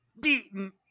beaten